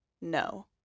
no